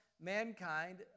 mankind